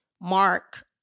Mark